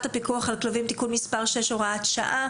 הפיקוח על כלבים (תיקון מס' 6) (הוראת שעה).